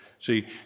See